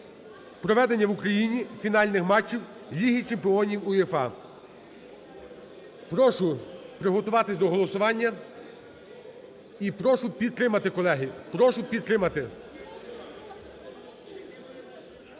проведення в Україні фінальних матчів Ліги чемпіонів УЄФА. Прошу приготуватись до голосування і прошу підтримати, колеги. Прошу підтримати.